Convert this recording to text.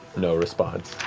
no response.